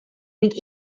ning